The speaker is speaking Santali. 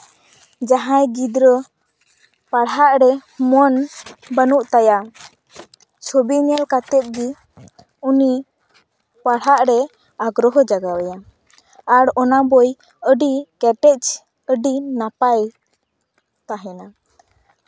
ᱡᱟᱦᱟᱸᱭ ᱜᱤᱫᱽᱨᱟᱹ ᱯᱟᱲᱦᱟᱜ ᱨᱮ ᱢᱚᱱ ᱵᱟᱹᱱᱩᱜ ᱛᱟᱭᱟ ᱪᱷᱚᱵᱤ ᱧᱮᱞ ᱠᱟᱛᱮᱫ ᱜᱮ ᱩᱱᱤ ᱯᱟᱲᱦᱟᱜ ᱨᱮ ᱟᱜᱽᱨᱚᱦᱚ ᱡᱟᱜᱟᱣᱟᱭᱟ ᱟᱨ ᱚᱱᱟ ᱵᱳᱭ ᱟᱹᱰᱤ ᱠᱮᱴᱮᱡ ᱟᱹᱰᱤ ᱱᱟᱯᱟᱭ ᱛᱟᱦᱮᱱᱟ